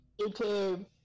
YouTube